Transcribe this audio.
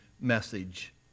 message